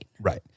Right